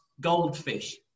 goldfish